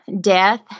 death